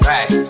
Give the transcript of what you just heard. Right